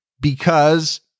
because-